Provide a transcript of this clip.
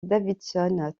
davidson